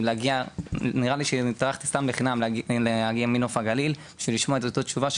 נראה לי שסתם לחינם להגיע מנוף הגליל ולשמוע את התשובה.